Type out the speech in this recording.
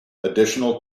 additional